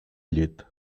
llit